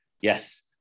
Yes